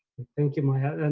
thank you maya,